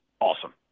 Awesome